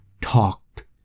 talked